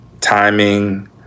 timing